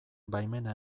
baimena